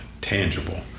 tangible